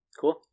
Cool